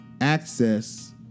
access